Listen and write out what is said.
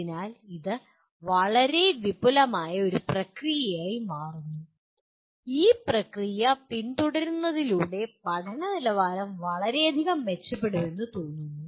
അതിനാൽ ഇത് വളരെ വിപുലമായ ഒരു പ്രക്രിയയായി മാറുന്നു ഈ പ്രക്രിയ പിന്തുടരുന്നതിലൂടെ പഠന നിലവാരം വളരെയധികം മെച്ചപ്പെടുമെന്ന് തോന്നുന്നു